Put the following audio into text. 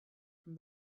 from